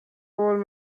pool